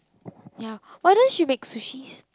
ya why don't she make sushis